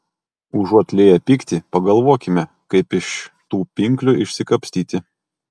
užuot lieję pyktį pagalvokime kaip iš tų pinklių išsikapstyti